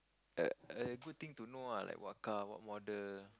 a a good thing to know ah like what car what model